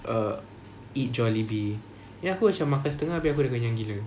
err eat Jollibee ya aku macam makan setengah abeh aku dah kenyang gila